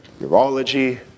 urology